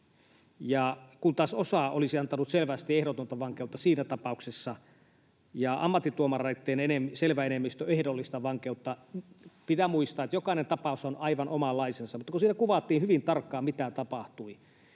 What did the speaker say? kun taas osa olisi antanut selvästi ehdotonta vankeutta siinä tapauksessa ja ammattituomareitten selvä enemmistö ehdollista vankeutta. Pitää muistaa, että jokainen tapaus on aivan omanlaisensa, mutta kun siinä kuvattiin hyvin tarkkaan, mitä tapahtui,